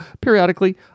periodically